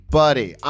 buddy